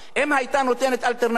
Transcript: אם היתה נותנת אלטרנטיבה,